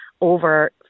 over